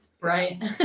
Right